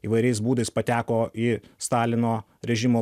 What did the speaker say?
įvairiais būdais pateko į stalino režimo